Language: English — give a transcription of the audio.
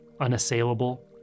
unassailable